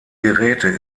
geräte